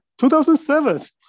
2007